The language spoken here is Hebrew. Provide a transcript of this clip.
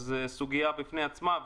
זאת סוגיה בפני עצמה,